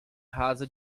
rasa